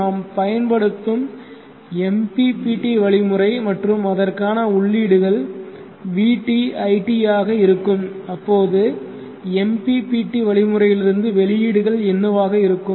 நாம் பயன்படுத்தும் MPPT வழிமுறை மற்றும் அதற்கான உள்ளீடுகள் vt it ஆக இருக்கும் அப்போது MPPT வழிமுறையிலிருந்து வெளியீடுகள் என்னவாக இருக்கும்